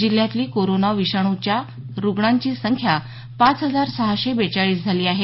जिल्ह्यातली कोरोना विषाणुच्या रुग्णांची संख्या पाच हजार सहाशे बेचाळीस झाली आहे